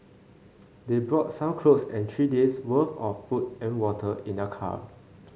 they brought some clothes and three days' worth of food and water in their car